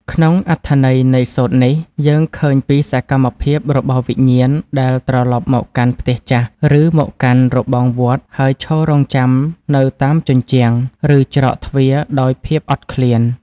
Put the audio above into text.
ក្នុងអត្ថន័យនៃសូត្រនេះ យើងឃើញពីសកម្មភាពរបស់វិញ្ញាណដែលត្រឡប់មកកាន់ផ្ទះចាស់ ឬមកកាន់របងវត្ត ហើយឈររង់ចាំនៅតាមជញ្ជាំង ឬច្រកទ្វារដោយភាពអត់ឃ្លាន។